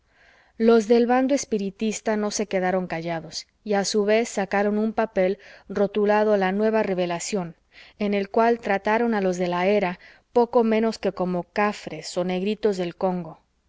los del bando espiritista no se quedaron callados y a su vez sacaron un papel rotulado la nueva revelación en el cual trataron a los de la era poco menos que como a cafres o negritos del congo